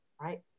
right